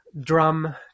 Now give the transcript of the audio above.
drum